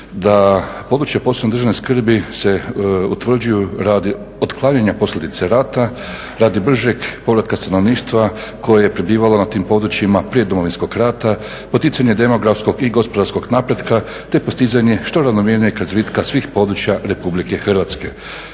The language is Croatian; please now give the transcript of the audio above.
da područje posebne državni skrbi se utvrđuje radi otklanjanja posljedice rata radi bržeg povratka stanovništva koje je prebivalo na tim područjima prije domovinskog rata, poticanje demografskog i gospodarskog napretka te postizanje što ravnomjernijeg razvitka svih područja RH. Ovdje